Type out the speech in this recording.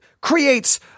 creates